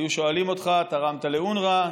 והיו שואלים אותך: תרמת לאונר"א?